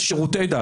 יש שירותי דת.